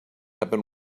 happen